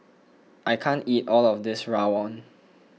I can't eat all of this Rawon